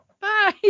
Bye